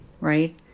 right